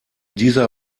dieser